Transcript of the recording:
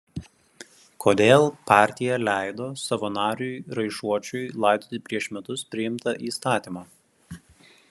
kodėl partija leido savo nariui raišuočiui laidoti prieš metus priimtą įstatymą